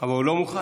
אבל הוא לא מוכן.